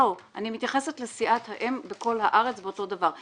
מתייחסת לסיעת האם בכל הארץ אותו דבר.